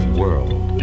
world